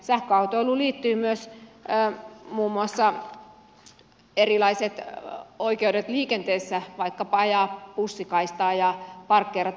sähköautoiluun liittyvät myös muun muassa erilaiset oikeudet liikenteessä vaikkapa oikeus ajaa bussikaistaa ja parkkeerata ilmaiseksi